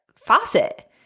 faucet